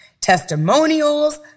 Testimonials